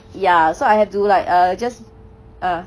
ya so I have to like err just uh